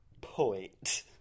point